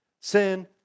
Sin